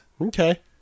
Okay